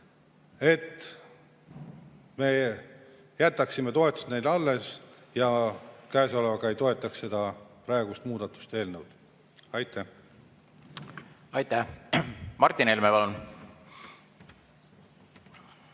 et me jätaksime toetused neile alles ja käesolevaga ei toetaks seda praegust muudatuste eelnõu. Aitäh! Aitäh! Martin Helme, palun!